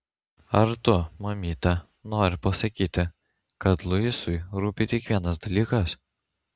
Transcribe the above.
ar tu mamyte nori pasakyti kad luisui rūpi tik vienas dalykas